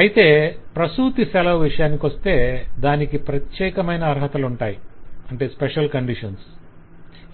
అయితే ప్రసూతి సెలవు విషయానికొస్తే దానికి ప్రత్యేకమైన అర్హతలుంటాయి special conditions